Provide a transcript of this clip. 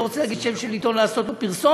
ואני לא רוצה להגיד שם של עיתון ולעשות לו פרסומת,